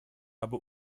habe